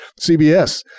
CBS